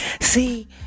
See